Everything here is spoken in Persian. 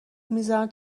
میذارن